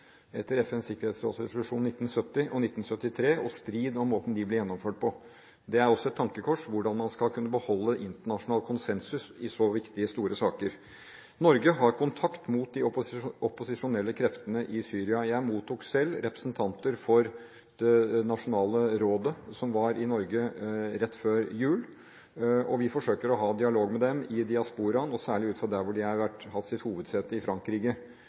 etter FNs sikkerhetsråds resolusjon 1970 og 1973 og striden om måten de ble gjennomført på. Det er også et tankekors hvordan man skal kunne beholde internasjonal konsensus i så viktige, store saker. Norge har kontakt mot de opposisjonelle kreftene i Syria. Jeg mottok selv representanter for det nasjonale rådet som var i Norge rett før jul. Vi forsøker å ha dialog med dem i diasporaen og særlig ut fra der hvor de har hatt sitt hovedsete i Frankrike.